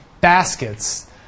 baskets